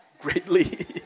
greatly